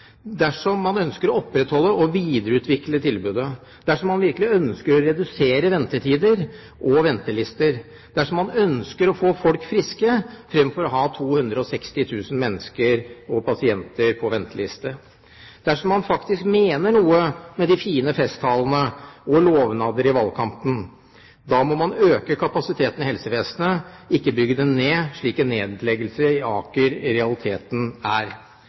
dersom man ønsker å opprettholde og videreutvikle tilbudet, dersom man virkelig ønsker å redusere ventetider og ventelister, og dersom man ønsker å få folk friske, fremfor å ha 260 000 mennesker på ventelister. Dersom man faktisk mener noe med de fine festtalene og lovnader i valgkampen, må man øke kapasiteten i helsevesenet, ikke bygge det ned, slik en nedleggelse av Aker i realiteten er.